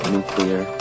Nuclear